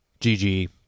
GG